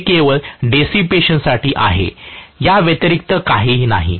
हे केवळ डेसिपॅशन साठी आहे या व्यतिरिक्त काहीही नाही